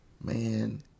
Man